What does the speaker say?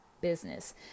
business